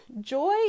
Joy